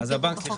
אז הבנק